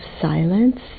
silence